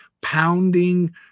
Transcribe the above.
pounding